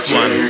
one